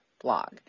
blog